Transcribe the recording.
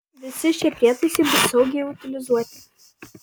visi šie prietaisai bus saugiai utilizuoti